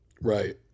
Right